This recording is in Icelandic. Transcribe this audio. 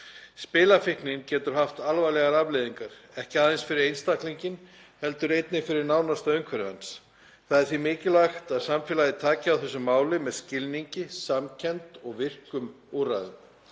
Spilafíknin getur haft alvarlegar afleiðingar, ekki aðeins fyrir einstaklinginn heldur einnig fyrir nánasta umhverfi hans. Það er því mikilvægt að samfélagið taki á þessu máli með skilningi, samkennd og virkum úrræðum.